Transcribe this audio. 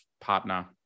partner